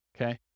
Okay